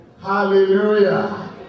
Hallelujah